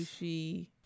sushi